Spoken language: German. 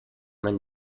mein